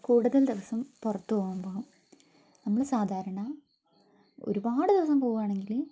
കൂടുതൽ ദിവസം പുറത്ത് പോകുമ്പോൾ നമ്മൾ സാധാരണ ഒരുപാട് ദിവസം പോകുക ആണെങ്കിൽ